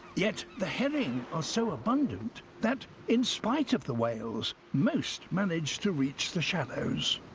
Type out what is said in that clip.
yet the herring are so abundant that, in spite of the whales, most managed to reach the shallows.